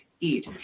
eat